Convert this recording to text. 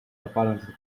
apparently